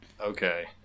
Okay